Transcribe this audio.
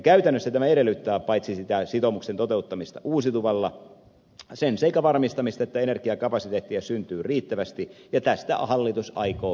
käytännössä tämä edellyttää paitsi sitä sitoumuksen toteuttamista uusiutuvalla myös sen seikan varmistamista että energiakapasiteettia syntyy riittävästi ja tästä hallitus aikoo pitää huolen